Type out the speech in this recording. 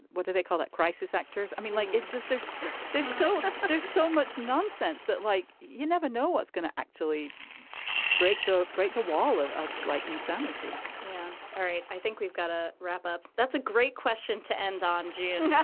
what do they call that crisis actors. i mean, like, it just there's there's so but there's so much nonsense that, like, you never know what's going to actually break the break the wall of, like, insanity yeah. all right. i think we've got to wrap up. that's a great question to end on june.